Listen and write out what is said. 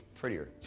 prettier